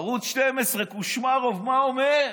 ערוץ 12, קושמרו, מה אומר?